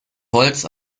holz